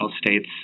states